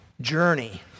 journey